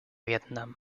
vietnam